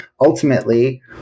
ultimately